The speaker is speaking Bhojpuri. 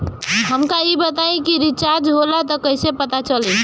हमका ई बताई कि रिचार्ज होला त कईसे पता चली?